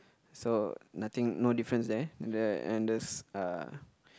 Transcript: so nothing no difference there and the and the uh